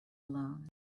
alone